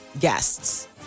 guests